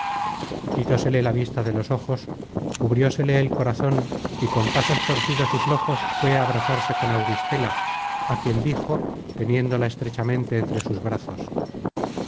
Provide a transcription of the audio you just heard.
libre quitósele la vista de los ojos cubriosele el corazon y con pasos torcidos y flojos fué abrazarse con auristela á quien dijo teniendola estrechamente entre sus brazos